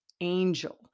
angel